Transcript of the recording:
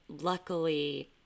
luckily